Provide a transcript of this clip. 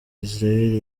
israel